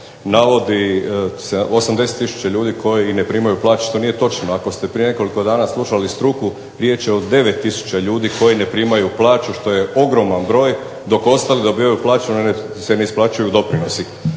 navodi 80 tisuća ljudi koji ne primaju plaće što nije točno. Ako ste prije nekoliko dana slušali struku riječ je o 9 tisuća ljudi koji ne primaju plaću što je ogroman broj, dok ostali dobivaju plaću, ali im se ne isplaćuju doprinosi.